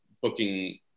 booking